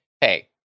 hey